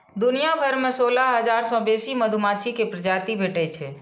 दुनिया भरि मे सोलह हजार सं बेसी मधुमाछी के प्रजाति भेटै छै